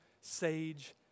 sage